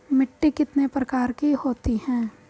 मिट्टी कितने प्रकार की होती हैं?